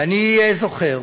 ואני זוכר